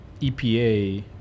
EPA